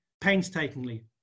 painstakingly